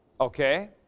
okay